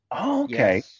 okay